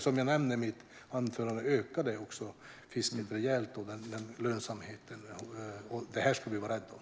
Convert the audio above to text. Som jag nämnde i mitt anförande har lönsamheten ökat rejält, så detta fiske ska vi vara rädda om.